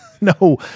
No